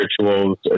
rituals